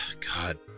God